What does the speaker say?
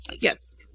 Yes